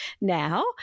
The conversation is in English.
now